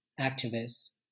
activists